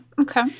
okay